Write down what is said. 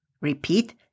Repeat